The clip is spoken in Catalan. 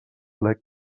plec